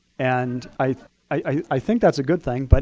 and i i think that's a good thing. but